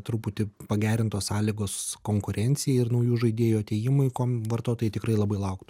truputį pagerintos sąlygos konkurencijai ir naujų žaidėjų atėjimui ko vartotojai tikrai labai lauktų